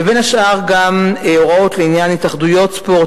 ובין השאר גם הוראות לעניין התאחדויות ספורט,